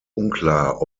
unklar